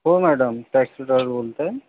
हो madam taxi driver बोलतो आहे